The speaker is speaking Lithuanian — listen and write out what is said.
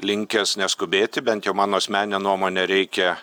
linkęs neskubėti bent jau mano asmenine nuomone reikia